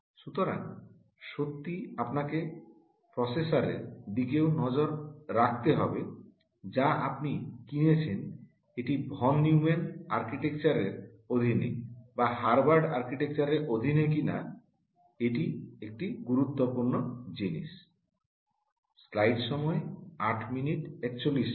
সুতরাং সত্যিই আপনি যখন একটি প্রসেসরের কিনছেন এটি ভন হিউমান আর্কিটেকচার দিয়ে তৈরি না হার্ভার্ড আর্কিটেকচার দিয়ে তৈরি সেটা যাচাই করতে হবে এবং এটি একটি গুরুত্ব পূর্ণ জিনিস